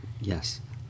Yes